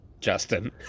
justin